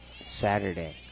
Saturday